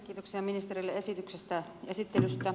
kiitoksia ministerille esittelystä